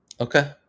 okay